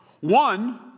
One